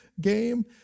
game